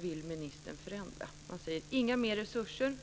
vill ministern förändra det? Man säger: Inga mer resurser.